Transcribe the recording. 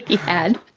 had.